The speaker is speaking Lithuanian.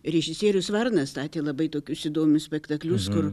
režisierius varnas statė labai tokius įdomius spektaklius kur